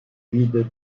vide